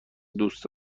دوست